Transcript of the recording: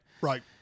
Right